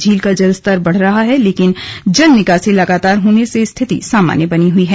झील का जलस्तर बढ़ रहा है लेकिन जल निकासी लगातार होने से स्थिति सामान्य बनी हुई है